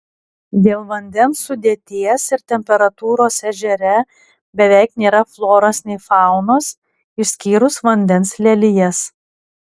dėl vandens sudėties ir temperatūros ežere beveik nėra floros nei faunos išskyrus vandens lelijas